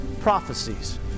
prophecies